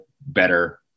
better